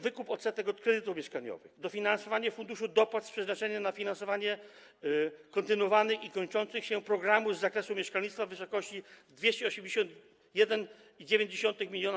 Wykup odsetek od kredytów mieszkaniowych, dofinansowanie funduszu dopłat z przeznaczeniem na finansowanie kontynuowanych i kończących się programów z zakresu mieszkalnictwa - wydatki w wysokości 281,9 mln.